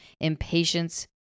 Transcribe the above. Impatience